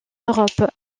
europe